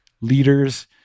leaders